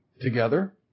together